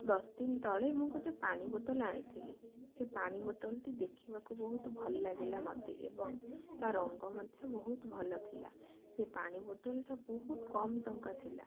ଦଶ ଦିନ ତଳେ ମୁଁ ଗୋଟେ ପାଣି ବୋତଲ ଆଣିଥିଲି ସେ ପାଣି ବୋଟଲଟି ଦେଖିବାକୁ ବହୁତ ଭଲ ଲାଗିଲା ମୋତେ ଏବଂ ତା ରଙ୍ଗ ମଧ୍ୟ ବହୁତ ଭଲ ଥିଲା ସେ ପାଣି ବୋଟଲଟା ବହୁତ କମ୍ ଟଙ୍କା ଥିଲା